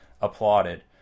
applauded